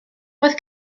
roedd